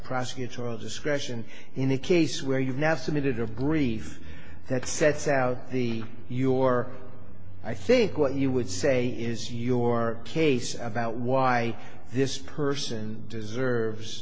prosecutorial discretion in a case where you've now submitted of grief that sets out the your i think what you would say is your case about why this person deserves